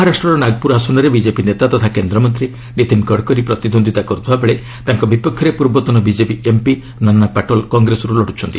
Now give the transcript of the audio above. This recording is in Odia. ମହାରାଷ୍ଟ୍ରର ନାଗପୁର ଆସନରେ ବିଜେପି ନେତା ତଥା କେନ୍ଦ୍ରମନ୍ତ୍ରୀ ନୀତିନ୍ ଗଡ଼କରୀ ପ୍ରତିଦ୍ୱନ୍ଦିତା କରୁଥିବା ବେଳେ ତାଙ୍କ ବିପକ୍ଷରେ ପୂର୍ବତନ ବିଜେପି ଏମ୍ପି ନାନା ପାଟୋଲେ କଂଗ୍ରେସରୁ ଲଢୁଛନ୍ତି